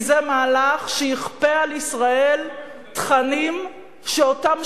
כי זה מהלך שיכפה על ישראל תכנים שאותם